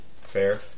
fair